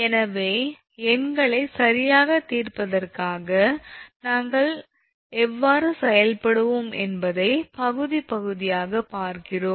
எனவே எண்களை சரியாகத் தீர்ப்பதற்காக நாங்கள் எவ்வாறு செயல்படுவோம் என்பதை பகுதி பகுதியாக பார்க்கிறோம்